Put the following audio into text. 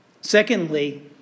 Secondly